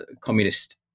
communist